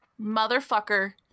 Motherfucker